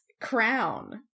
crown